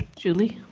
julie